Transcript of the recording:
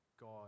God